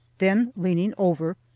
then, leaning over,